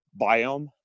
Biome